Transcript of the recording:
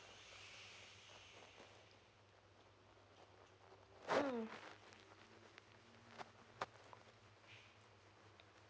mm